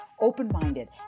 open-minded